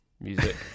music